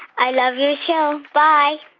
i love your show. bye